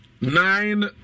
nine